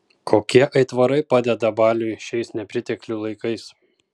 kokie aitvarai padeda baliui šiais nepriteklių laikais